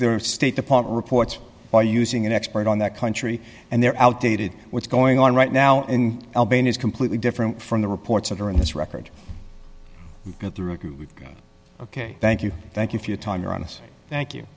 the state department reports by using an expert on that country and their outdated what's going on right now in albania is completely different from the reports that are in this record go through ok thank you thank you for your time here on this thank you